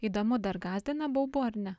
įdomu dar gąsdina baubu ar ne